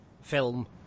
film